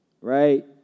right